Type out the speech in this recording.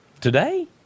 Today